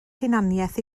hunaniaeth